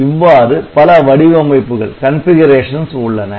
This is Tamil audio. இவ்வாறு பல வடிவமைப்புகள் உள்ளன